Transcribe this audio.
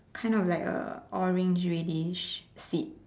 kind of like a orange reddish feet